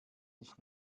nicht